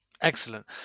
Excellent